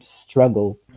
struggle